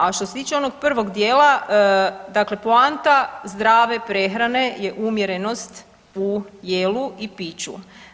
A što se tiče onog prvog dijela, dakle poante zdrave prehrane je umjerenost u jelu i piću.